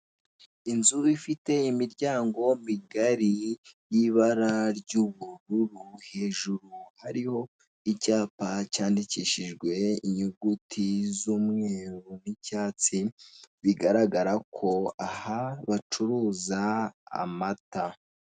Inzu ifite imiryango migari y'ibara ry'ubururu, hejuru hariho icyapa cyandikishijwe inyuguti z'umweru n'icyatsi, bigaragara ko aha bacuruza amata.